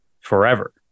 forever